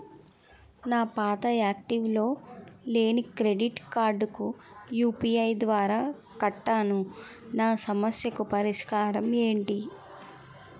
నా పాత యాక్టివ్ లో లేని క్రెడిట్ కార్డుకు యు.పి.ఐ ద్వారా కట్టాను నా సమస్యకు పరిష్కారం ఎంటి?